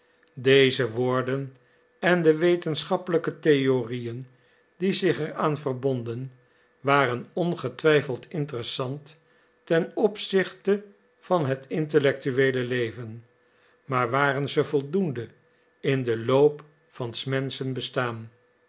deze woorden en de wetenschappelijke theorieën die zich er aan verbonden waren ongetwijfeld interessant ten opzichte van het intellectueele leven maar waren ze voldoende in den loop van s menschen bestaan